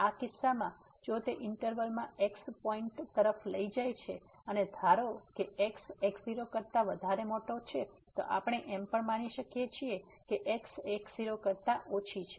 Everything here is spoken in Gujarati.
તેથી આ કિસ્સામાં જો તે ઇન્ટરવલમાં x પોઇન્ટ તરફ લઈ જાય છે અને ધારો કે x x0 કરતા વધારે મોટો છે તો આપણે એમ પણ માની શકીએ કે x x0 કરતા ઓછી છે